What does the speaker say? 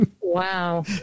Wow